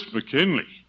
McKinley